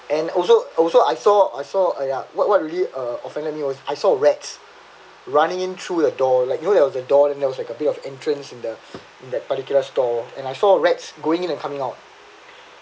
and also also I saw I saw uh yeah what what really uh offended me was I saw rats running in through the door like you know there was a door and there was a bit of entrance in the in that particular stall and I saw rats going in and coming out